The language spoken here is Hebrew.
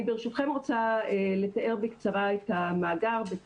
אני ברשותכם רוצה לתאר בקצרה את המאגר ואת